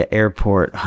airport